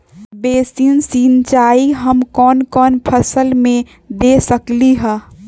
Basin सिंचाई हम कौन कौन फसल में दे सकली हां?